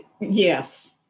Yes